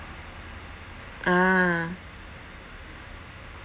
ah